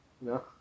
No